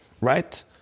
right